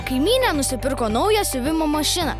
kaimynė nusipirko naują siuvimo mašiną